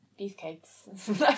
beefcakes